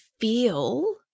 feel